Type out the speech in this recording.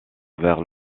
vers